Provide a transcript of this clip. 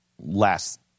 last